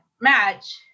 match